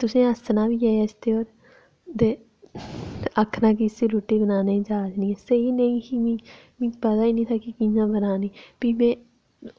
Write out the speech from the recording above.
तुसें हस्सना बी ऐ इसदे पर ते आखना कि इस्सी रुट्टी बनाने दी जाच निं ऐ स्हेई नेईं ही मी मिकी पता निं हा कि कि'यां बनानी फ्ही में